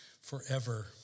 forever